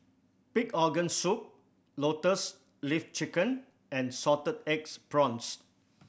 pig organ soup Lotus Leaf Chicken and salted eggs prawns